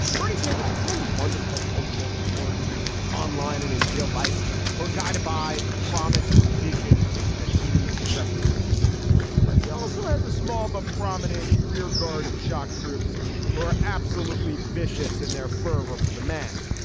bernie sanders has many wonderful hopeful supporters online and in real life who are guided by the promise and the vision that he represents but he also has a small but prominent rearguard of shock troops who are absolutely vicious in their fervor for the man.